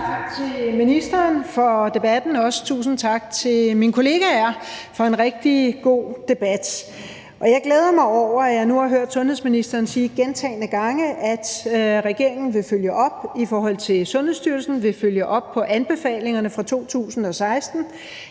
tak til ministeren for debatten, og også tusind tak til mine kolleger for en rigtig god debat. Jeg glæder mig over, at jeg nu har hørt sundhedsministeren gentagne gange sige, at regeringen vil følge op på Sundhedsstyrelsens anbefalinger fra 2016.